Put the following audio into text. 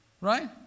Right